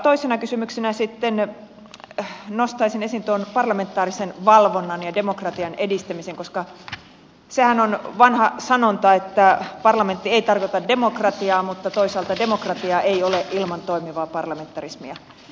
toisena kysymyksenä sitten nostaisin esiin parlamentaarisen valvonnan ja demokratian edistämisen koska sehän on vanha sanonta että parlamentti ei tarkoita demokratiaa mutta toisaalta demokratiaa ei ole ilman toimivaa parlamentarismia